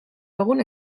egun